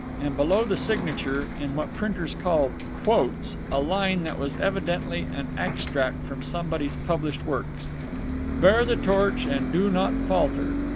and below the signature, in what printers call quotes, a line that was evidently an extract from somebody's published works bear the torch and do not falter.